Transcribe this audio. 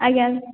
ଆଜ୍ଞା